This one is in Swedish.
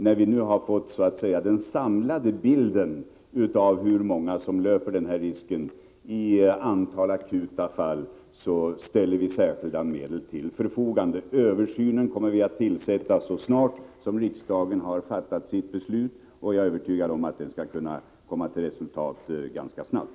När vi nu så att säga fått den samlade bilden av hur många som löper den här risken i form av antalet akuta fall ställer vi dessutom särskilda medel till förfogande. Utredningen kommer vi att tillsätta så snart riksdagen har fattat sitt beslut. Jag är övertygad om att den skall kunna komma till resultat ganska snabbt.